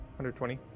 120